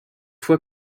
fois